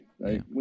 right